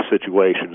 situations